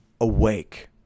awake